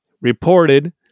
reported